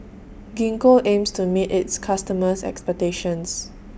Gingko aims to meet its customers' expectations